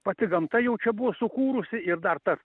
pati gamta jau čia buvo sukūrusi ir dar tas